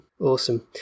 Awesome